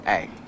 Hey